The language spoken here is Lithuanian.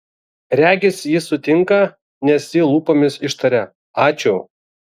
regis jis sutinka nes ji lūpomis ištaria ačiū